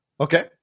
Okay